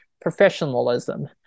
professionalism